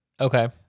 okay